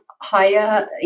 higher